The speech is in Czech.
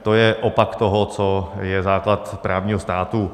To je opak toho, co je základ právního státu.